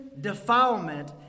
defilement